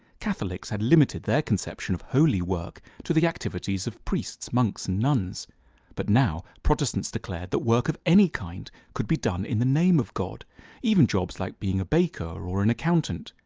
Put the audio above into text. catholics had limited their conception of holy work to the activities of priests, monks and nuns but now protestants declared that work of any kind could be done in the name of god even jobs like being a baker or an accountant.